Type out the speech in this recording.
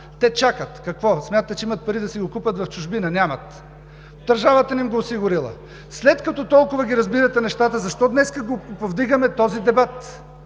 Те чакат. Какво? Смятате, че имат пари да си го купят в чужбина? Нямат. Държавата не им го е осигурила. След като толкова ги разбирате нещата, защо днес повдигаме този дебат?